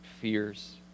fears